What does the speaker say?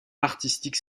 artistique